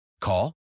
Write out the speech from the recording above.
Call